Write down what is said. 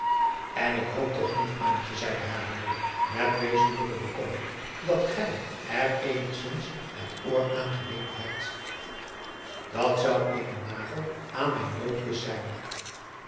en ik hoop toch niet antje zeide hare moeder met wezenlijke bekommering dat gij er eenigzins het oor aan geleend hebt dat zou eene nagel aan mijn doodkist zijn